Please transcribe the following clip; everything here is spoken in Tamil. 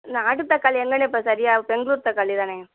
நாட்டு தக்காளி எங்கண்ணே இப்போ சரியா பெங்களூர் தக்காளிதாண்ணே